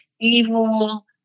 evil